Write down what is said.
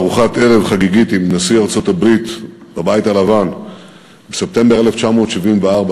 לארוחת ערב חגיגית עם נשיא ארצות-הברית בבית הלבן בספטמבר 1974,